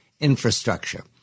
infrastructure